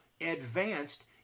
advanced